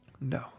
No